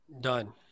Done